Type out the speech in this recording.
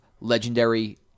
legendary